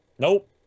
Nope